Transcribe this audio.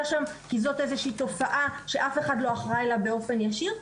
שם כי זאת איזושהי תופעה שאף אחד לא אחראי לה באופן ישיר,